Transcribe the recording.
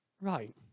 right